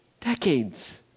decades